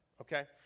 Okay